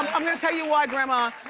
i'm gonna tell you why, grandma.